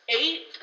eight